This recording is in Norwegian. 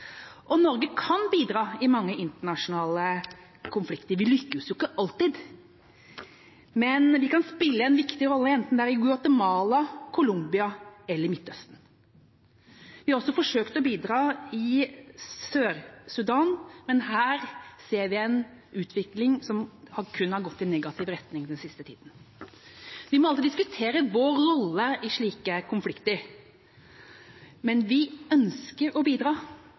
oss. Norge kan bidra i mange internasjonale konflikter. Vi lykkes ikke alltid, men vi kan spille en viktig rolle enten det er i Guatemala, Colombia eller Midtøsten. Vi har også forsøkt å bidra i Sør-Sudan, men her ser vi en utvikling som kun har gått i negativ retning den siste tida. Vi må alltid diskutere vår rolle i slike konflikter, men vi ønsker å bidra.